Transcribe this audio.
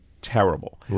terrible